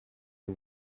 the